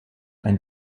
ein